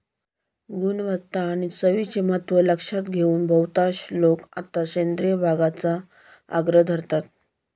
गुणवत्ता आणि चवीचे महत्त्व लक्षात घेऊन बहुतांश लोक आता सेंद्रिय बागकामाचा आग्रह धरतात